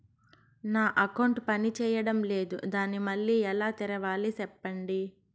నా అకౌంట్ పనిచేయడం లేదు, దాన్ని మళ్ళీ ఎలా తెరవాలి? సెప్పండి